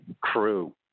crew